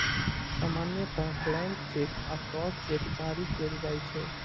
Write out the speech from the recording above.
सामान्यतः blank cheque आ crossed cheque जारी कैल जाइ छै